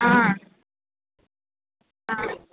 ಹಾಂ ಹಾಂ